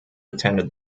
attended